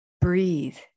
breathe